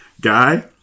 guy